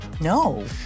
No